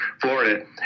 Florida